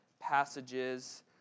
passages